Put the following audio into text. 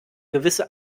gewisse